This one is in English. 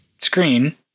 screen